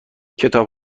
کتاب